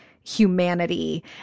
humanity